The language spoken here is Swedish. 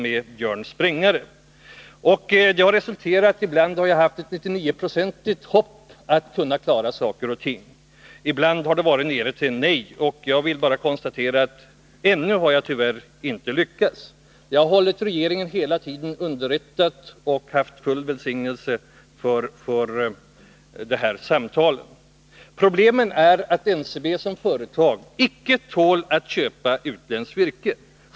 Dessa överläggningar har resulterat i att jag ibland har haft ett 99-procentigt hopp om att kunna klara saker och ting, men ibland har det mera lutat åt nej. Jag kan bara konstatera att ännu har jag tyvärr inte lyckats. Jag har hela tiden hållit regeringen underrättad och har haft full välsignelse för dessa samtal. Problemet är att NCB som företag icke tål att köpa utländskt virke.